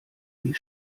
die